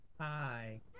Hi